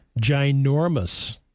Ginormous